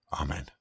Amen